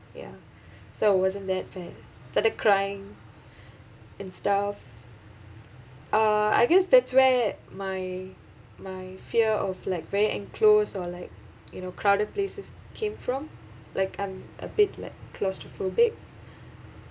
ya so wasn't that bad started crying and stuff uh I guess that's where my my fear of like very enclosed or like you know crowded places came from like I'm a bit like claustrophobic